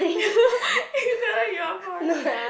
you you tell them you're bored